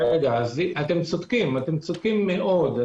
אתם צודקים מאוד.